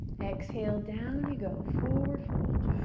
exhale, down you go, forward fold.